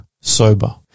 sober